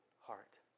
heart